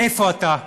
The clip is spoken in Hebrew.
איפה אתה?